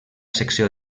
secció